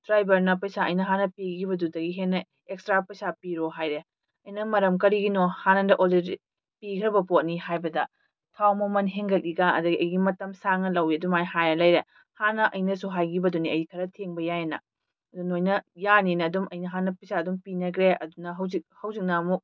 ꯗꯔꯥꯏꯕꯔꯅ ꯄꯩꯁꯥ ꯑꯩꯅ ꯍꯥꯟꯅ ꯄꯤꯈꯤꯕꯗꯨꯗꯒꯤ ꯍꯦꯟꯅ ꯑꯦꯛꯁꯇ꯭ꯔꯥ ꯄꯩꯁꯥ ꯄꯤꯔꯣ ꯍꯥꯏꯔꯦ ꯑꯩ ꯃꯔꯝ ꯀꯔꯤꯒꯤꯅꯣ ꯍꯥꯟꯅ ꯑꯣꯜꯔꯦꯗꯤ ꯄꯤꯈ꯭ꯔꯕ ꯄꯣꯠꯅꯤ ꯍꯥꯏꯕꯗ ꯊꯥꯎ ꯃꯃꯟ ꯍꯦꯟꯒꯠꯂꯤꯒ ꯑꯗꯒꯤ ꯑꯩꯒꯤ ꯃꯇꯝ ꯁꯥꯡꯅ ꯂꯧꯏ ꯑꯗꯨꯃꯥꯏꯅ ꯍꯥꯏꯔ ꯂꯩꯔꯦ ꯍꯥꯟꯅ ꯑꯩꯅꯁꯨ ꯍꯥꯏꯈꯤꯕꯗꯨꯅꯤ ꯑꯩ ꯈꯔ ꯊꯦꯡꯕ ꯌꯥꯏꯑꯅ ꯑꯗꯨ ꯅꯣꯏꯅ ꯌꯥꯅꯤꯅ ꯑꯗꯨꯝ ꯑꯩꯅ ꯍꯥꯟꯅ ꯄꯩꯁꯥ ꯄꯤꯅꯈ꯭ꯔꯦ ꯑꯗꯨꯒ ꯍꯧꯖꯤꯛ ꯍꯧꯖꯤꯛꯅ ꯑꯃꯨꯛ